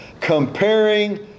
Comparing